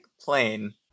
plane